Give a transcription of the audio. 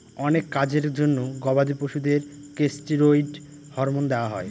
অনেক কাজের জন্য গবাদি পশুদের কেষ্টিরৈড হরমোন দেওয়া হয়